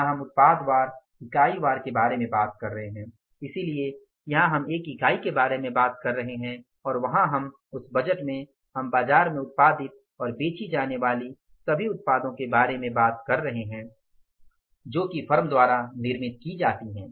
यहां हम उत्पाद वार इकाई वार के बारे में बात कर रहे हैं इसलिए यहां हम एक इकाई के बारे में बात कर रहे हैं वहां हम उस बजट में हम बाजार में उत्पादित और बेची जाने वाली सभी उत्पादों के बात कर रहे हैं जो कि फर्म द्वारा निर्मित की जाती है